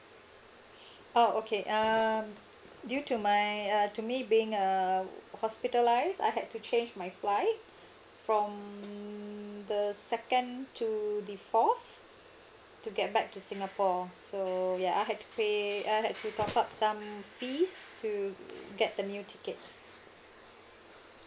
oh okay um due to my uh to me being uh hospitalized I had to change my flight from the second to the fourth to get back to singapore so ya I had to pay I have to top up some fee to get the new tickets